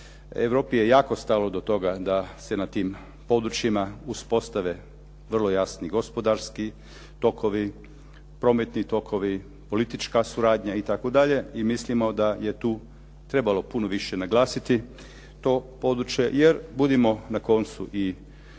Europi je jako stalo do toga da se na tim područjima uspostave vrlo jasni gospodarski tokovi, prometni tokovi, politička suradnja itd. I mislimo da je tu trebalo puno više naglasiti to područje, jer budimo na koncu i